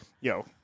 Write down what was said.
Yo